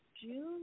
June